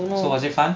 so was it fun